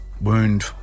wound